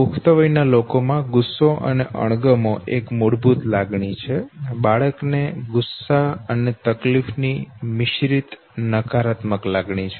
પુખ્ત વયના લોકો માં ગુસ્સો અને અણગમો એક મૂળભૂત લાગણી છે બાળક ને ગુસ્સા અને તકલીફ ની મિશ્રીત નકારાત્મક લાગણી છે